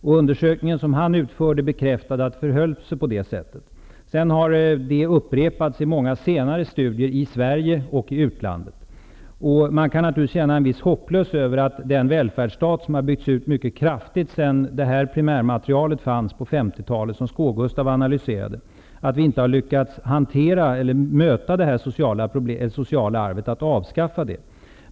Den undersökning som han utförde bekräftade att det förhöll sig på det sättet. Det har sedan bekräftats i många senare studier i Sverige och utlandet. Man kan naturligtvis känna en viss hopplöshet över att den välfärdsstat, som byggts ut mycket kraftigt sedan det här primärmaterialet fanns på 50-talet och som Gustav Jonsson i Skå analyserade, inte har lyckats avskaffa detta sociala arv.